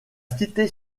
cité